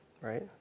right